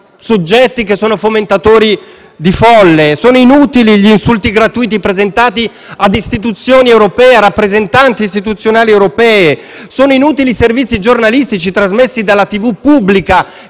sono inutili gli insulti gratuiti presentati a istituzioni europee e a rappresentanti istituzionali europei; sono inutili i servizi giornalistici trasmessi dalla TV pubblica,